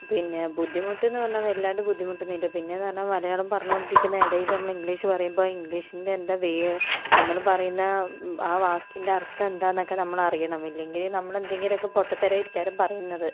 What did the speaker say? പിന്നെ ബുദ്ധിമുട്ടെന്ന് പറഞ്ഞാൽ വല്ലാണ്ട് ബുദ്ധിമുട്ടൊന്നുമില്ല പിന്നെയെന്നു പറഞ്ഞാൽ മലയാളം പറഞ്ഞു കൊണ്ടിരിക്കുന്ന ഇടയിൽ നമ്മൾ ഇംഗ്ലീഷ് പറയുമ്പോൾ ഇംഗ്ലീഷിൻ്റെ എന്താ വേ നമ്മൾ പറയുന്ന ആ വാക്കിൻ്റെ അർത്ഥം എന്താണെന്നൊക്കെ നമ്മൾ അറിയണം ഇല്ലെങ്കിൽ നമ്മളെന്തെങ്കിലുമൊക്കെ പൊട്ടത്തരമായിരിക്കുകയാ കും പറയുന്നത്